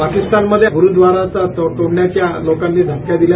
पाकिस्तानमध्ये ग्रूदवारा तोडण्याचा लोकांनी धमक्या दिल्या